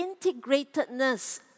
integratedness